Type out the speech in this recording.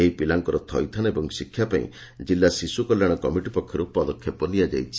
ଏହି ପିଲାମାନଙ୍କର ଥଇଥାନ ଏବଂ ଶିକ୍ଷା ପାଇଁ ଜିଲ୍ଲା ଶିଶୁ କଲ୍ୟାଣ କମିଟି ପକ୍ଷରୁ ପଦକ୍ଷେପ ନିଆଯାଇଛି